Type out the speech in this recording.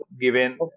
given